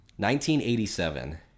1987